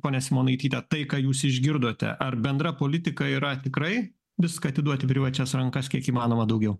ponia simonaityte tai ką jūs išgirdote ar bendra politika yra tikrai viską atiduot į privačias rankas kiek įmanoma daugiau